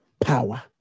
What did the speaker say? power